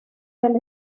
del